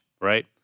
right